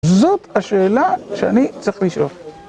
זאת השאלה שאני צריך לשאול.